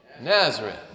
Nazareth